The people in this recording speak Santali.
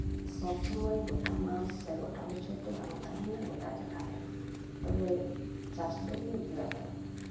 ᱥᱚᱵ ᱥᱚᱢᱚᱭ ᱜᱳᱴᱟᱢᱟᱥ ᱥᱮ ᱜᱚᱴᱟ ᱵᱚᱪᱷᱚᱨ ᱫᱚ ᱵᱟᱝ ᱛᱟᱦᱮᱱᱟ ᱜᱚᱴ ᱡᱟᱭᱜᱟ ᱨᱮ ᱛᱚᱵᱮ ᱪᱟᱥ ᱫᱚ ᱦᱩᱭᱩᱜ ᱜᱮᱭᱟ ᱛᱚ